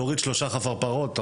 תוריד שלושה חפרפרות,